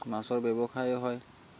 মাছৰ ব্যৱসায় হয়